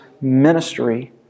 ministry